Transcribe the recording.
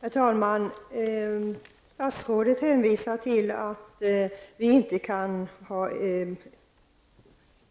Herr talman! Statsrådet hänvisar till att man inte kan ha